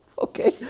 Okay